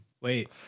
Wait